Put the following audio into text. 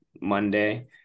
Monday